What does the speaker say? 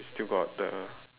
still got the